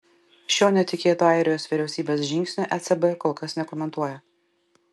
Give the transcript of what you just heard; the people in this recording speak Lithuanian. šio netikėto airijos vyriausybės žingsnio ecb kol kas nekomentuoja